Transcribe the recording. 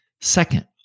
Second